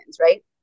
right